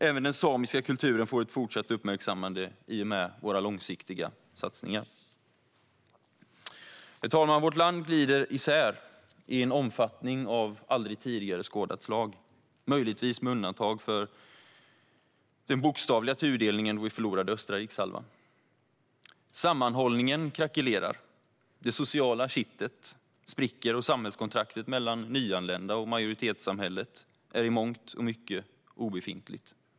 Även den samiska kulturen får ett fortsatt uppmärksammande i och med våra långsiktiga satsningar. Herr talman! Vårt land glider isär i en omfattning av aldrig tidigare skådat slag, möjligtvis med undantag för den bokstavliga tudelningen då vi förlorade den östra rikshalvan. Sammanhållningen krackelerar, det sociala kittet spricker och samhällskontraktet mellan nyanlända och majoritetssamhället är i mångt och mycket obefintligt.